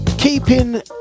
Keeping